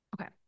Okay